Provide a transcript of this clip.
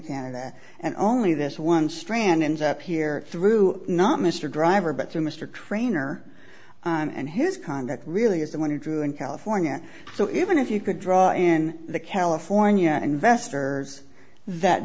canada and only this one strand ends up here through not mr driver but through mr trainor and his conduct really is the one he drew in california so even if you could draw in the california investor that